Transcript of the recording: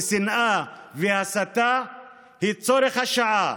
לשנאה והסתה היא צורך השעה,